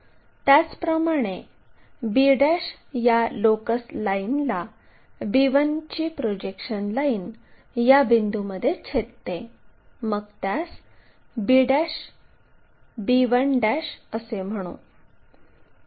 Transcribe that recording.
त्याचप्रमाणे b या locus लाईनला b1 ची प्रोजेक्शन लाईन या बिंदूमध्ये छेदते मग त्यास b1 असे म्हणू